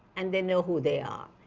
and they know who they are.